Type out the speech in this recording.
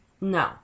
No